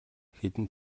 хэдэн